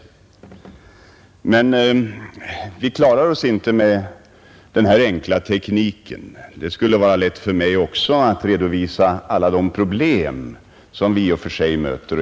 Men vi klarar oss inte med den enkla tekniken. Det skulle vara lätt för mig också att redovisa alla de problem som vi i och för sig möter.